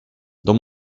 dans